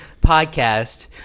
podcast